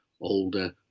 older